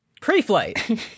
pre-flight